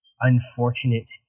unfortunate